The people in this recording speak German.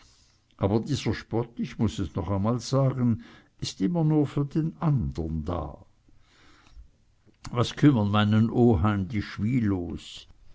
aber dieser spott ich muß es noch einmal sagen ist immer nur für den andern da was kümmern meinen oheim die schwilows